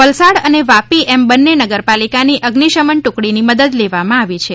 વલસાડ અને વાપી એમ બંને નગરપાલિકાની અઝિશમન ટૂકડીની મદદ લેવામાં આવી છે